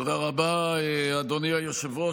תודה רבה, אדוני היושב-ראש.